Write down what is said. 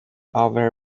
over